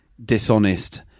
dishonest